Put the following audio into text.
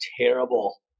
terrible